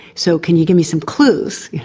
so can you give me some clues?